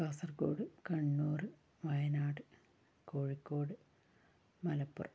Kasaragod Kannur Wayanad Kozhikode Malappuram